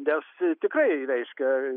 nes tikrai reiškia